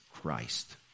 Christ